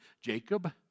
Jacob